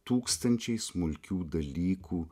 tūkstančiai smulkių dalykų